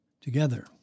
Together